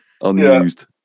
Unused